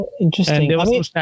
Interesting